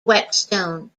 whetstone